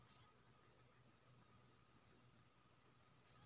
दलहन के सिंचाई के लिए केना तकनीक के प्रयोग करू?